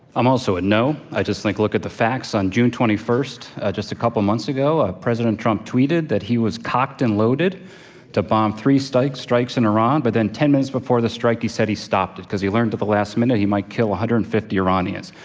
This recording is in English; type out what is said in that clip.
i'm also a no. i just think, look at the facts. on june twenty first, just a couple months ago, ah president trump tweeted that he was cocked and loaded to bomb three strikes strikes in iran, but then ten minutes before the strike, he said, he stopped it, because he learned at the last minute he might kill one hundred and fifty iranians.